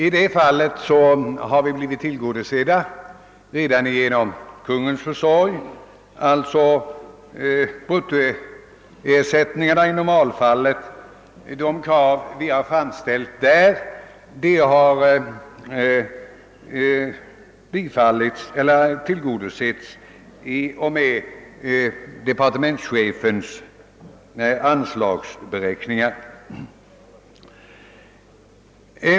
I det fallet har vi blivit tillgodosedda redan genom Kungl. Maj:ts försorg; de krav vi har framställt beträffande bruttoersättningarna i normalfall har tillmötesgåtts i och med departementschefens anslagsberäkningar.